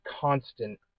constant